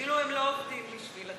כאילו הם לא עובדים בשביל הטייקונים.